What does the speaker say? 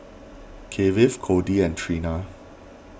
Kiefer Codie and Trina